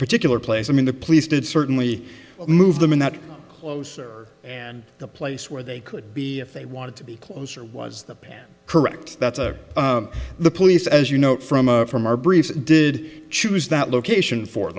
particular place i mean the police did certainly move them in that closer and the place where they could be if they wanted to be closer was the correct that's a the police as you know from a from our brief did choose that location for